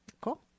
Cool